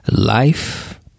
Life